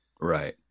Right